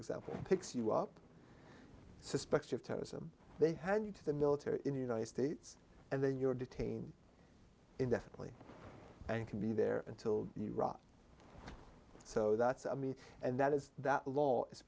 example picks you up suspects of terrorism they hand you to the military in the united states and then you're detained indefinitely and can be there until iraq so that's i mean and that is that law is